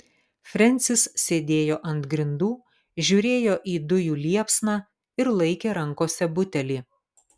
frensis sėdėjo ant grindų žiūrėjo į dujų liepsną ir laikė rankose butelį